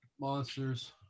monsters